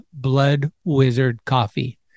BloodWizardCoffee